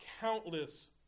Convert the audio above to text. countless